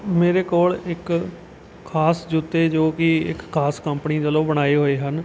ਮੇਰੇ ਕੋਲ ਇੱਕ ਖਾਸ ਜੁੱਤੇ ਜੋ ਕਿ ਇੱਕ ਖਾਸ ਕੰਪਨੀ ਵੱਲੋਂ ਬਣਾਏ ਹੋਏ ਹਨ